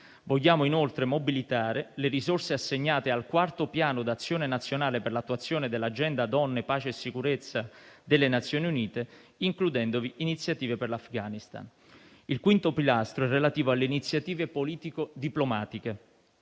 Vogliamo inoltre mobilitare le risorse assegnate al quarto Piano d'azione nazionale per l'attuazione dell'agenda donne, pace e sicurezza delle Nazioni Unite, includendovi iniziative per l'Afghanistan. Il quinto pilastro è relativo alle iniziative politico-diplomatiche.